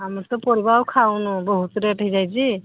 ଆମେ ତ ପରିବା ଆଉ ଖାଉନୁ ବହୁତ ରେଟ୍ ହେଇଯାଇଛି